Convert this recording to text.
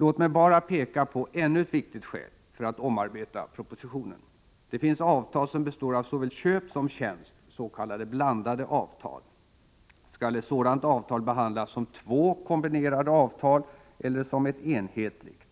Låt mig bara peka på ännu ett viktigt skäl för att omarbeta propositionen. Det finns avtal som består av såväl köp som tjänst, s.k. blandade avtal. Skall ett sådant avtal behandlas som två kombinerade avtal eller som ett enhetligt?